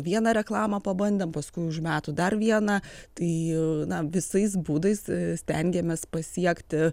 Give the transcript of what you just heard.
vieną reklamą pabandėm paskui už metų dar vieną tai na visais būdais stengiamės pasiekti